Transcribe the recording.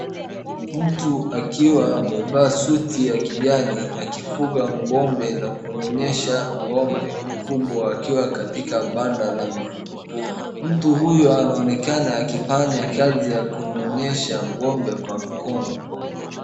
Akiwa amevaa suti ya kijani akifuga ng'ombe na kunyonyesha ng'ombe kubwa akiwa kwenye banda la mifugo mtu huyo anaonekana akifanya kazi ya kunyonyesha ng'ombe na mkono.